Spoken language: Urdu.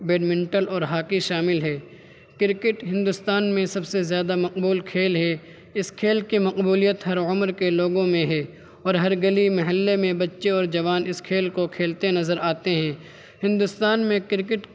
بیڈمنٹن اور ہاکی شامل ہے کرکٹ ہندوستان میں سب سے زیادہ مقبول کھیل ہے اس کھیل کے مقبولیت ہر عمر کے لوگوں میں ہے اور ہر گلی محلے میں بچے اور جوان اس کھیل کو کھیلتے نظر آتے ہیں ہندوستان میں کرکٹ